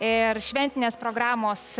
ir šventinės programos